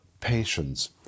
patience